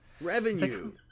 Revenue